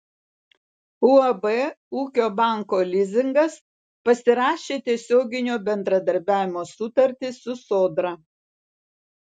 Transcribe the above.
uab ūkio banko lizingas pasirašė tiesioginio bendradarbiavimo sutartį su sodra